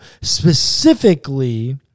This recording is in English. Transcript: Specifically